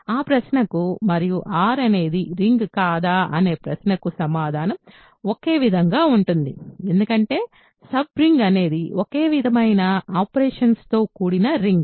ఆ ప్రశ్నకు మరియు R అనేది రింగ్ కాదా అనే ప్రశ్నకు సమాధానం ఒకే విధంగా ఉంటుంది ఎందుకంటే సబ్ రింగ్ అనేది ఒకే విధమైన ఆపరేషన్స్ తో కూడిన రింగ్